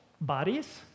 bodies